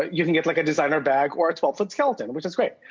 you can get like a designer bag or a twelve foot skeleton, which is great.